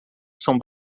são